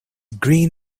green